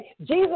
Jesus